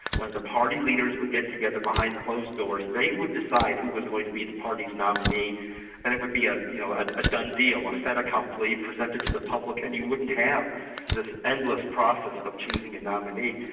when the party leaders would get together behind closed doors. they would decide who was going to be the party's nominee and it would be ah you know ah a done deal, a fait accompli presented to the public, and you wouldn't have this endless process of choosing a nominee.